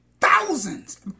Thousands